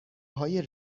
های